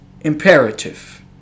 imperative